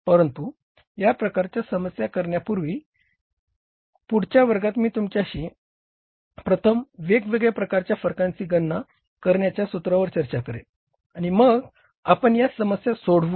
परंतु या प्रकारच्या समस्या करण्यापूर्वी पुढच्या वर्गात मी तुमच्याशी प्रथम वेगवेगळ्या प्रकारच्या फरकांची गणना करण्याच्या सूत्रांवर चर्चा करेन आणि मग आपण या समस्या सोडवू